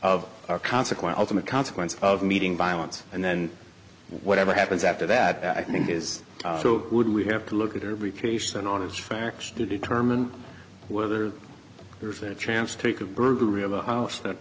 of consequent ultimate consequence of meeting violence and then whatever happens after that i think is so would we have to look at every case and on as facts to determine whether there's a chance take a burglary of a house that